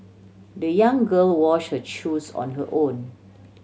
the young girl wash her shoes on her own